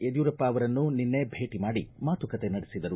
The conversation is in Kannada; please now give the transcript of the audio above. ಯಡಿಯೂರಪ್ಪ ಅವರನ್ನು ನಿನ್ನೆ ಭೇಟ ಮಾಡಿ ಮಾತುಕತೆ ನಡೆಸಿದ್ದಾರೆ